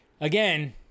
again